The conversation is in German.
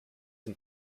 den